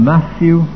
Matthew